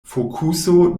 fokuso